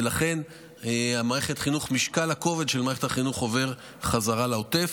ולכן כובד המשקל של מערכת החינוך עובר בחזרה לעוטף.